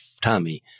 Tommy